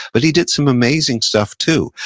but he did some amazing stuff, too.